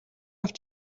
авч